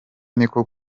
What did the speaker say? niko